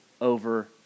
over